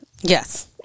Yes